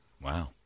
Wow